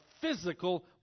physical